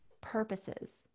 purposes